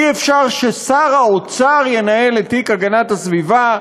אי-אפשר ששר האוצר ינהל את תיק הגנת הסביבה.